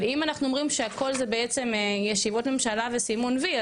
אבל אם אנחנו אומרים שהכול זה בעצם ישיבות ממשלה וסימון וי,